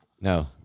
No